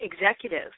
executive